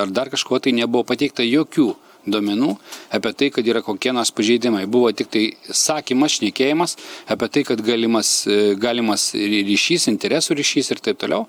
ar dar kažkuo tai nebuvo pateikta jokių duomenų apie tai kad yra kokie nors pažeidimai buvo tiktai sakymas šnekėjimas apie tai kad galimas galimas ry ryšys interesų ryšys ir taip toliau